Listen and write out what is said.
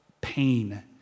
pain